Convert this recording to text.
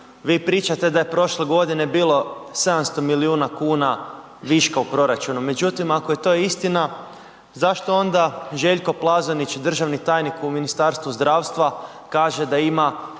Vi pričate da je prošle godine bilo 700 milijuna kuna viška u proračunu, međutim ako je to istina zašto onda Željko Plazonić, državni tajnik u Ministarstvu zdravstva kaže da ima